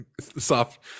soft